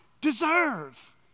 deserve